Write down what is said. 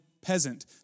peasant